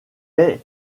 est